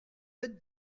fait